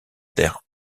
der